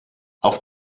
auf